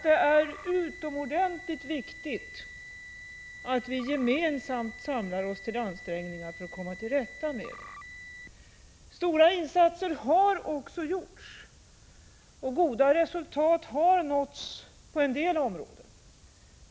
Det är utomordentligt viktigt att vi gemensamt samlar oss till ansträngningar för att komma till rätta med dem. Stora insatser har också gjorts och goda resultat har nåtts på en del områden.